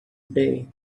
day